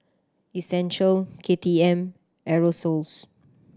Essential K T M Aerosoles